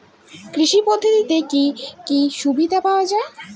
কৃষি পদ্ধতিতে কি কি সুবিধা পাওয়া যাবে?